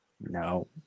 no